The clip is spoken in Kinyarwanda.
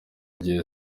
gihe